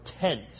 tent